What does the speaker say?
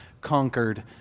conquered